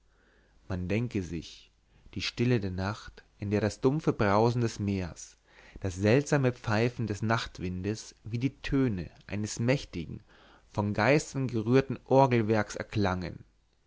man denke sich die stille der nacht in der das dumpfe brausen des meers das seltsame pfeifen des nachtwindes wie die töne eines mächtigen von geistern gerührten orgelwerks erklangen